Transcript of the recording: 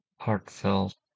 heartfelt